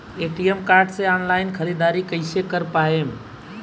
ATM card से online ख़रीदारी कइसे कर पाएम?